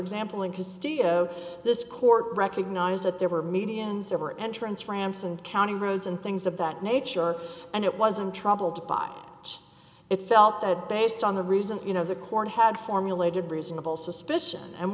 example in his studio this court recognized that there were medians there were entrance ramps and county roads and things of that nature and it wasn't troubled by it felt that based on the reason you know the court had formulated reasonable suspicion and